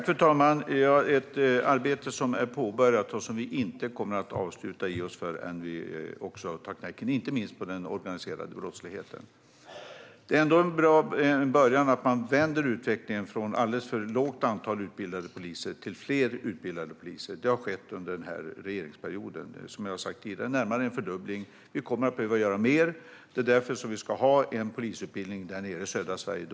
Fru talman! Arbetet är påbörjat, och vi kommer inte att ge oss. Vi kommer inte att avsluta det förrän vi tar knäcken inte minst på den organiserade brottsligheten. Det är ändå en bra början att man vänder utvecklingen från ett alldeles för lågt antal utbildade poliser till fler utbildade poliser. Det har skett under den här regeringsperioden, som jag har sagt tidigare. Det är närmare en fördubbling. Men vi kommer att behöva göra mer. Det är därför vi ska ha en polisutbildning där nere i södra Sverige.